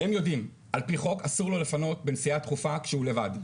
הם יודעים על פי חוק אסור לו לפנות בנסיעה דחופה כשהוא לבד,